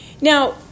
Now